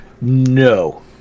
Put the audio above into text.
No